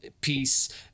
peace